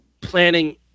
planning